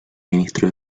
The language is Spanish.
ministro